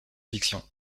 fiction